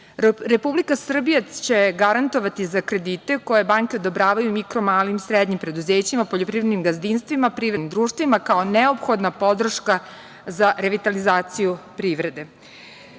Republika Srbija će garantovati za kredite koje banke odobravaju mikro, malim i srednjim preduzećima, poljoprivrednim gazdinstvima, privrednim društvima, kao neophodna podrška za revitalizaciju privrede. Jedno